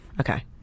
Okay